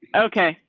okay.